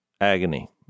agony